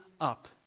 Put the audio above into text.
up